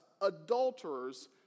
adulterers